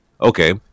Okay